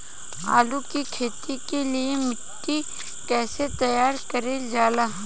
आलू की खेती के लिए मिट्टी कैसे तैयार करें जाला?